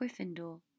Gryffindor